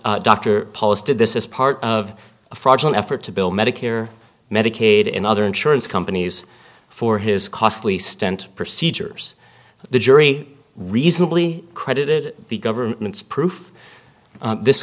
dr posted this is part of a fraudulent effort to bill medicare medicaid and other insurance companies for his costly stent procedures the jury reasonably credited the government's proof this